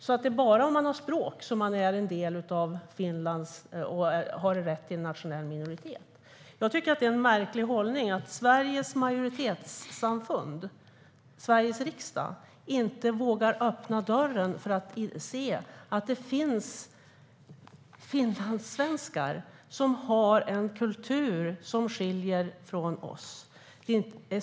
Är det alltså bara om man har språket som man är en del av Finland och har rätt att ses som nationell minoritet? Jag tycker att det är en märklig hållning att Sveriges majoritetssamfund, Sveriges riksdag, inte vågar öppna dörren för att se att det finns finlandssvenskar som har en kultur som skiljer sig från vår.